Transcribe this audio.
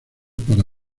para